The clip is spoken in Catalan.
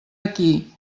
aquí